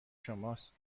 شماست